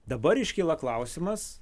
dabar iškyla klausimas